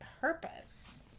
purpose